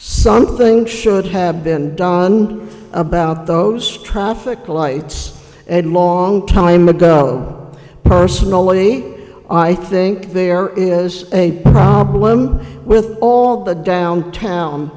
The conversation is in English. something should have been done about those traffic lights and long time ago personally i think there is a problem with all the downtown